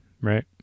Right